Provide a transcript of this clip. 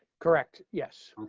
correct, yes.